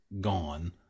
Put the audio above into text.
gone